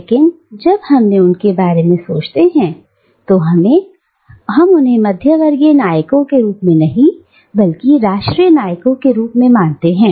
लेकिन जब हम उनके बारे में सोचते हैं तो हम उन्हें मध्यवर्गीय नायकों के रूप में नहीं बल्कि राष्ट्रीय नायकों के रूप में मानते हैं